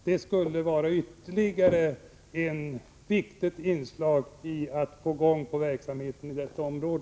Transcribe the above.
Det skulle innebära ytterligare ett viktigt inslag när det gäller att få i gång verksamheten i detta område.